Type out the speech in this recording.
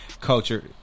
culture